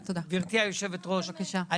נו באמת, מחפש, מחפש...